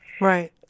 right